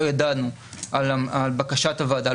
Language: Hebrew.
לא ידענו על בקשת הוועדה,